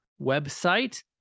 website